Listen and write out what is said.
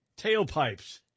Tailpipes